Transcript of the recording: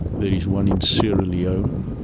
there is one in sierra leone,